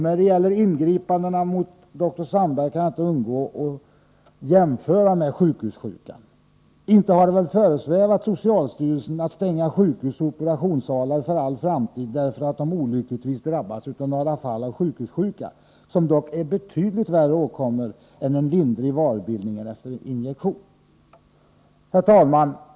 När det gäller ingripandena mot dr Sandberg kan jag inte undgå att jämföra med sjukhussjukan. Inte har det väl föresvävat socialstyrelsen att stänga sjukhus och operationssalar för all framtid, därför att de olyckligtvis drabbats av några fall av sjukhussjuka, som dock är en betydligt värre åkomma än en lindrig varbildning efter en injektion. Herr talman!